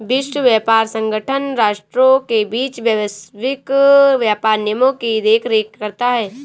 विश्व व्यापार संगठन राष्ट्रों के बीच वैश्विक व्यापार नियमों की देखरेख करता है